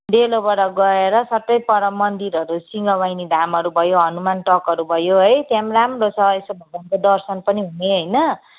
डेलोबाट गएर सट्टै पर मन्दिरहरू सिंहवाहिनी धामहरू भयो हनुमान टकहरू भयो है त्यहाँ पनि राम्रो छ यसो भगवानको दर्शन पनि हुने होइन